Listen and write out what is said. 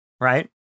Right